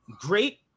great